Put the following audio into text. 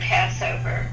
Passover